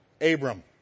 Abram